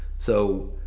so